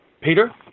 Peter